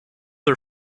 are